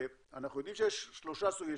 אנחנו יודעים שיש שלושה סוגים,